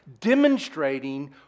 demonstrating